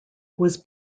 was